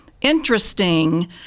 interesting